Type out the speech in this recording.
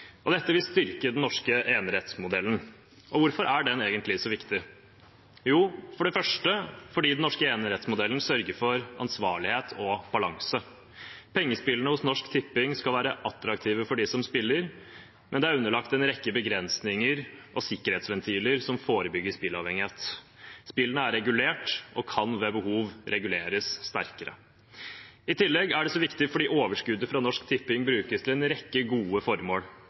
Dette vil styrke den norske enerettsmodellen. Og hvorfor er den egentlig så viktig? Jo, for det første fordi den norske enerettsmodellen sørger for ansvarlighet og balanse. Pengespillene hos Norsk Tipping skal være attraktive for dem som spiller, men de er underlagt en rekke begrensninger og sikkerhetsventiler som forebygger spilleavhengighet. Spillene er regulert, og kan ved behov reguleres sterkere. I tillegg er det så viktig fordi overskuddet fra Norsk Tipping brukes til en rekke gode formål,